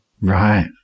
right